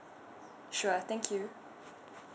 sure thank you